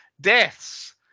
Deaths